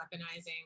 weaponizing